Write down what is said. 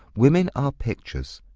women are pictures.